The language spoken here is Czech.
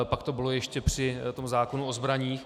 Pak to bylo ještě při zákonu o zbraních.